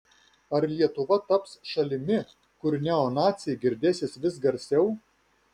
ar lietuva taps šalimi kur neonaciai girdėsis vis garsiau